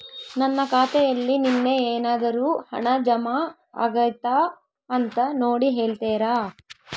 ನನ್ನ ಖಾತೆಯಲ್ಲಿ ನಿನ್ನೆ ಏನಾದರೂ ಹಣ ಜಮಾ ಆಗೈತಾ ಅಂತ ನೋಡಿ ಹೇಳ್ತೇರಾ?